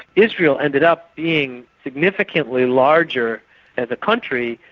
israel ended up being significantly larger as a country,